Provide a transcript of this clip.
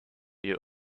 you